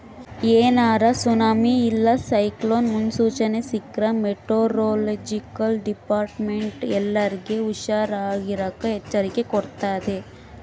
ಏನಾರ ಸುನಾಮಿ ಇಲ್ಲ ಸೈಕ್ಲೋನ್ ಮುನ್ಸೂಚನೆ ಸಿಕ್ರ್ಕ ಮೆಟೆರೊಲೊಜಿಕಲ್ ಡಿಪಾರ್ಟ್ಮೆಂಟ್ನ ಎಲ್ಲರ್ಗೆ ಹುಷಾರಿರಾಕ ಎಚ್ಚರಿಕೆ ಕೊಡ್ತತೆ